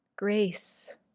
grace